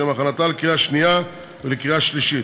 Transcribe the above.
לשם הכנתה לקריאה שנייה ולקריאה שלישית,